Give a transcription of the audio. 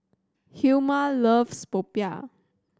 Hilma loves popiah